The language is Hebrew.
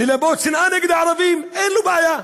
ללבות שנאה נגד הערבים, אין לו בעיה.